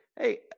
Hey